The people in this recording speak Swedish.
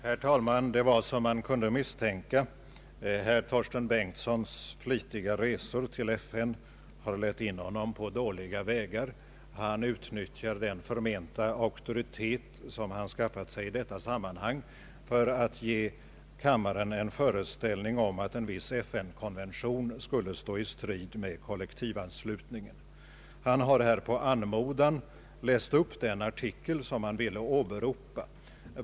Herr talman! Det var som man kunde misstänka. Herr Torsten Bengtsons flitiga resor till FN har lett in honom på dåliga vägar. Han utnyttjar den förmenta auktoritet som han skaffat sig i detta sammanhang för att ge kammaren en föreställning om att kollektivanslutning skulle stå i strid med en viss FN-konvention. Han har här på anmodan läst upp den artikel som han ville åberopa.